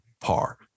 par